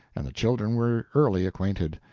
and the children were early acquainted.